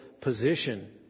position